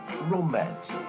romance